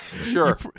Sure